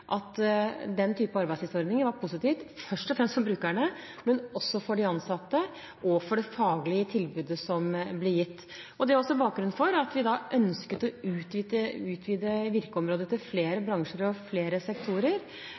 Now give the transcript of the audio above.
at den typen arbeidstidsordninger var positive først og fremst for brukerne, men også for de ansatte – og for det faglige tilbudet som ble gitt. Det er også bakgrunnen for at vi ønsket å utvide virkeområdet til flere bransjer og flere sektorer